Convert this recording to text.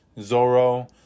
Zoro